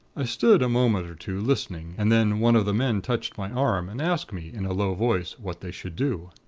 i stood a moment or two, listening, and then one of the men touched my arm, and asked me in a low voice, what they should do.